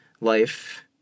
life